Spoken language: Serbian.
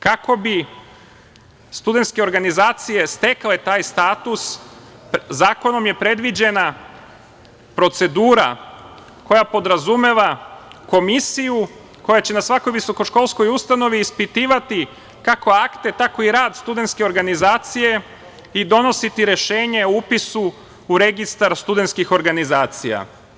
Kako bi studentske organizacije stekle taj status, zakonom je predviđena procedura koja podrazumeva komisiju koja će na svakoj visokoškolskoj ustanovi ispitivati kako akte tako i rad studentske organizacije i donositi rešenje o upisu u registar studentskih organizacija.